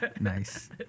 Nice